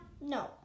no